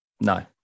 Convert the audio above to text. No